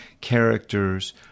characters